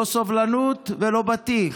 לא סובלנות ולא בטיח,